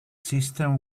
system